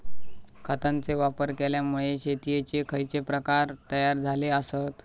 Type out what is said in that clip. खतांचे वापर केल्यामुळे शेतीयेचे खैचे प्रकार तयार झाले आसत?